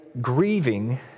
grieving